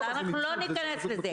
אבל אנחנו לא ניכנס לזה.